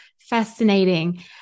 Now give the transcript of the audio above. fascinating